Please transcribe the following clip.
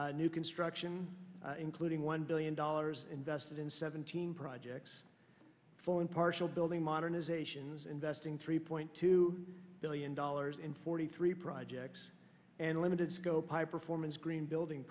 new construction including one billion dollars invested in seventeen projects fall in partial building modernizations investing three point two billion dollars in forty three projects and limited scope of performance green building